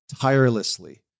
tirelessly